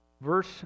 Verse